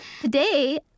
Today